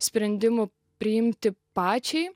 sprendimų priimti pačiai